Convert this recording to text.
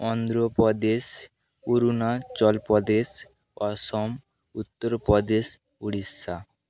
Andhra Pradesh Arunachal Pradesh Assam Uttar Pradesh Orissa